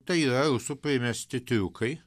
tai yra rusų primesti triukai